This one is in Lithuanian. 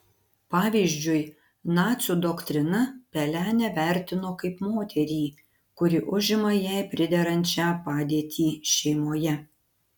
pavyzdžiui nacių doktrina pelenę vertino kaip moterį kuri užima jai priderančią padėtį šeimoje